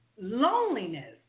loneliness